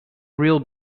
real